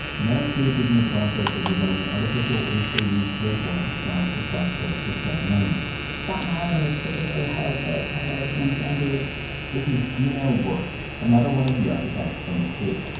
now scape is in the process of designing artificial oyster reef breakwaters off the south coast of staten island staten island was particularly hard hit by hurricane sandy this is gena wirth, another one of the architects from scape,